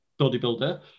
bodybuilder